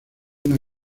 una